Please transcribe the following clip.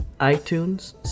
iTunes